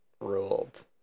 ruled